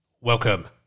Welcome